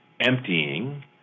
emptying